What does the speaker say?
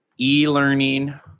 e-learning